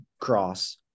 cross